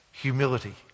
humility